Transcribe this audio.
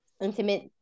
intimate